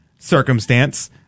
circumstance